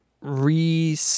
re